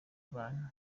bantu